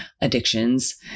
addictions